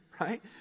right